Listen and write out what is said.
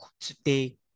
today